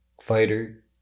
fighter